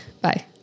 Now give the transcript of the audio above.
Bye